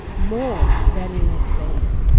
more than in australia.